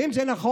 ואם זה נכון,